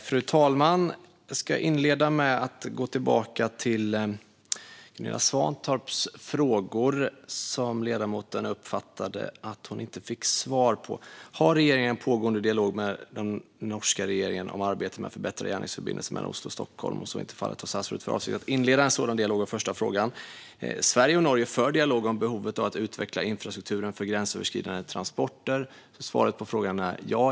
Fru talman! Låt mig inledningsvis ta mig an Gunilla Svantorps frågor. Ledamoten uppfattade att hon inte fick svar på dem. Den första frågan var: Har regeringen en pågående dialog med den norska regeringen om arbetet med att förbättra järnvägsförbindelsen mellan Oslo och Stockholm och om så inte är fallet, har statsrådet för avsikt att inleda en sådan dialog? Sverige och Norge för dialog om behovet av att utveckla infrastrukturen för gränsöverskridande transporter. Svaret på frågan är därför ja.